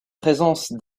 présence